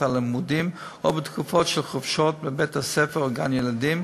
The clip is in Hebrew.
הלימודים או בתקופות של חופשות בבית-הספר או בגן-הילדים,